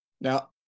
now